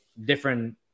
different